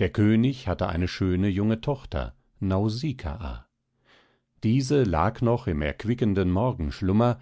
der könig hatte eine schöne junge tochter nausikaa diese lag noch im erquickenden morgenschlummer